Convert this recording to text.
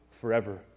forever